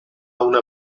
una